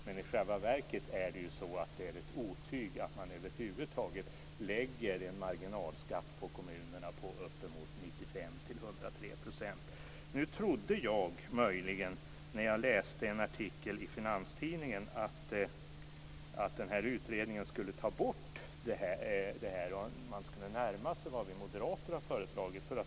Men i själva verket är det ju ett otyg att man över huvud taget lägger en marginalskatt på kommunerna på uppemot Nu trodde jag möjligen när jag läste en artikel i Finanstidningen att den här utredningen skulle ta bort det här. Man skulle närma sig vad vi moderater har föreslagit.